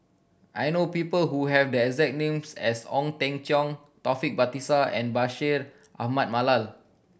I know people who have the exact name as Ong Teng Cheong Taufik Batisah and Bashir Ahmad Mallal